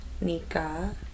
Nika